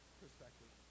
perspective